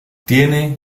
tiene